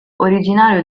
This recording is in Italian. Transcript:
originario